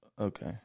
Okay